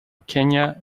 kenya